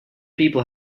people